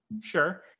sure